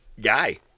guy